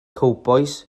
cowbois